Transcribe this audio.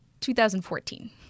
2014